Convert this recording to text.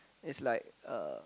it's like uh